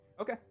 Okay